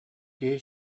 киһи